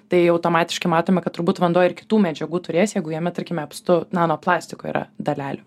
tai automatiškai matome kad turbūt vanduo ir kitų medžiagų turės jeigu jame tarkime apstu nano plastiko yra dalelių